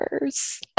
worse